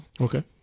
Okay